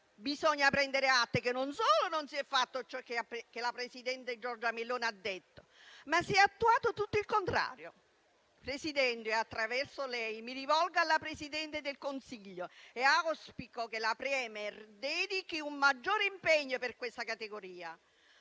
Bisogna prendere atto che non solo non si è fatto ciò che il presidente Giorgia Meloni ha detto, ma si è attuato tutto il contrario. Signor Presidente, attraverso lei, mi rivolgo alla Presidente del Consiglio. Io auspico che la *Premier* dedichi un maggiore impegno a questa categoria.